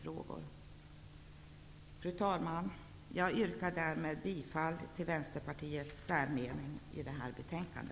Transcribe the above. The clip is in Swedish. Fru talman! Jag yrkar bifall till Vänsterpartiets meningsyttring till detta betänkande.